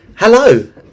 Hello